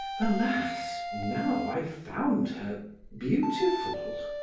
alas! now i found her beautiful!